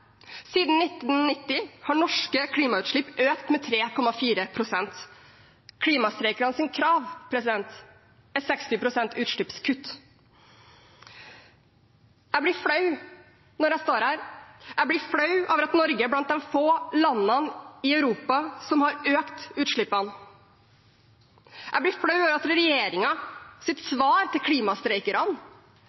Siden 1990 har norske klimautslipp økt med 3,4 pst. Klimastreikernes krav er 60 pst. utslippskutt. Jeg blir flau når jeg står her. Jeg blir flau over at Norge er blant de få landene i Europa som har økt utslippene. Jeg blir flau over at regjeringens svar til klimastreikerne